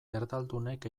erdaldunek